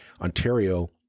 Ontario